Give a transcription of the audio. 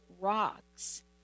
rocks